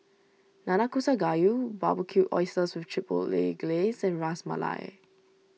Nanakusa Gayu Barbecued Oysters with Chipotle Glaze and Ras Malai